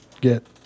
get